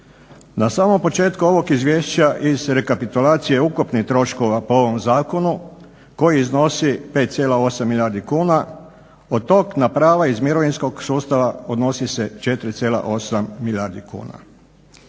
Na samom početku ovog izvješća iz rekapitulacije ukupnih troškova po ovom zakonu koji iznosi 5,8 milijardi kuna od tog na prava iz mirovinskog sustava odnosi se 4,8 milijardi kuna.